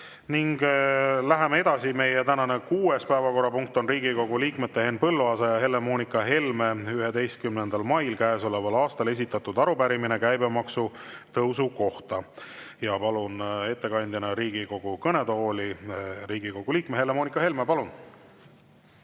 ning läheme edasi. Meie tänane kuues päevakorrapunkt on Riigikogu liikmete Henn Põlluaasa ja Helle-Moonika Helme 11. mail käesoleval aastal esitatud arupärimine käibemaksu tõusu kohta. Palun ettekandeks Riigikogu kõnetooli Riigikogu liikme Helle-Moonika Helme. Palun!